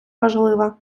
важливе